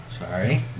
Sorry